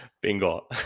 Bingo